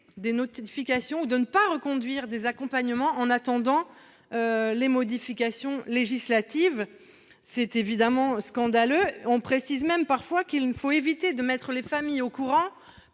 des notifications ou ne pas reconduire des accompagnements, en attendant les modifications législatives ; c'est évidemment scandaleux. Il est même parfois précisé qu'il faut éviter de mettre les familles au courant,